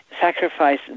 Sacrifice